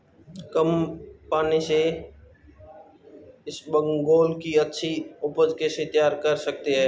कम पानी से इसबगोल की अच्छी ऊपज कैसे तैयार कर सकते हैं?